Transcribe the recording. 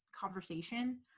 conversation